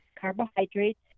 carbohydrates